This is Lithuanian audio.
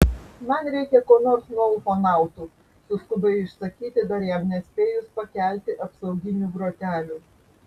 man reikia ko nors nuo ufonautų suskubai išsakyti dar jam nespėjus pakelti apsauginių grotelių